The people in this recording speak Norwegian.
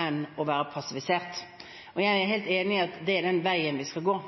enn å være passivisert. Jeg er helt enig i at det er den veien vi skal gå.